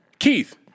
Keith